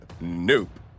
Nope